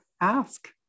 Ask